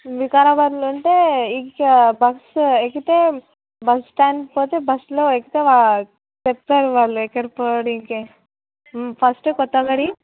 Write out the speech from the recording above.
వికారాబాద్లో అంటే ఇక్కడ బస్ ఎక్కితే బస్ స్టాండ్ పోతే బస్లో ఎక్కితే వా చెప్తారు వాళ్ళు ఎక్కడికి పోనీకి ఫస్ట్ కొత్తగడి